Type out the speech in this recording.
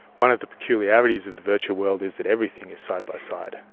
one of the peculiarities of the virtual world is that everything is side-by-side,